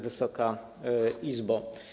Wysoka Izbo!